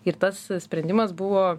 ir tas sprendimas buvo